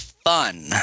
fun